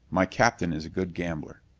my captain is a good gambler.